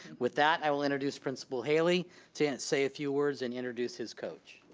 with that, i will introduce principal haley to say a few words and introduce his coach.